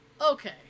okay